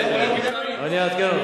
אני אעדכן אותך.